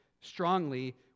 strongly